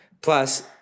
Plus